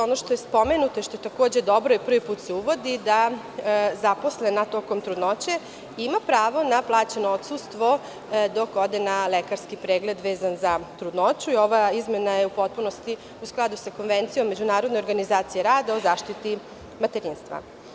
Ono što je spomenuto i što je takođe dobro, prvi put se uvodi, da zaposlena tokom trudnoće ima pravo na plaćeno odsustvo dok ode na lekarski pregled vezan za trudnoću i ova izmena je u potpunosti u skladu sa Konvencijom međunarodne organizacije rada o zaštiti materinstva.